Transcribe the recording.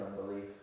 unbelief